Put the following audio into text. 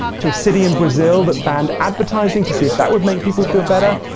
to a city in brazil that banned advertising to see if that would make people feel better,